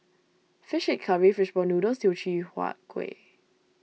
Fish Head Curry Fish Ball Noodles Teochew Huat Kueh